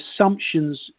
assumptions